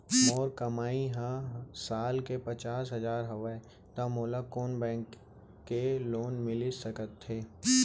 मोर कमाई ह साल के पचास हजार हवय त मोला कोन बैंक के लोन मिलिस सकथे?